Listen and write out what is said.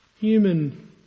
human